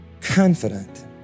confident